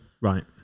Right